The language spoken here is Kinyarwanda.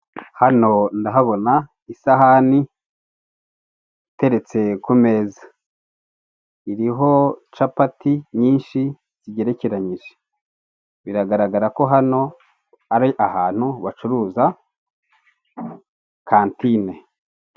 Hano ndahabona isahani iteretse ku meza, iriho capati nyinshi zigerekeranyije, biragaragara ko hano ari ahantu bacuruza kantine.